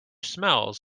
smells